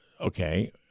Okay